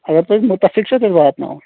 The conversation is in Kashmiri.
اگر تُہۍ مُتَّفِق چھُو تیٚلہِ واتناوو